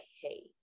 hey